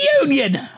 union